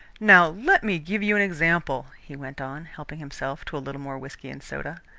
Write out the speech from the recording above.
now let me give you an example, he went on, helping himself to a little more whisky and soda.